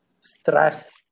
stress